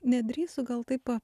nedrįstu gal taip